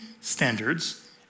standards